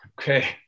Okay